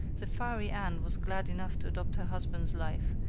the fiery anne was glad enough to adopt her husband's life,